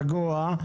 רגוע,